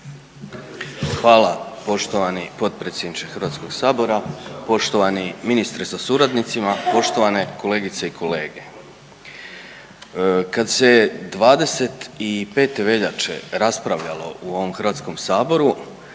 Hvala poštovani potpredsjedniče HS, poštovani ministre sa suradnicima, poštovane kolegice i kolege. Kad se 25. veljače raspravljalo u ovom HS, ja,